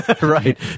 Right